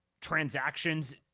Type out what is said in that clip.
transactions